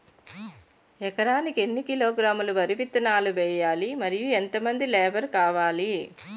ఎకరానికి ఎన్ని కిలోగ్రాములు వరి విత్తనాలు వేయాలి? మరియు ఎంత మంది లేబర్ కావాలి?